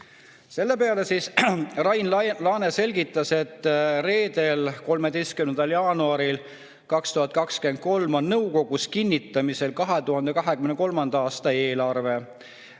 Selle peale Rain Laane selgitas, et reedel, 13. jaanuaril 2023 on nõukogus kinnitamisel 2023. aasta eelarve.